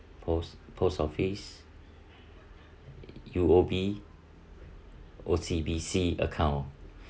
post post office U_O_B O_C_B_C account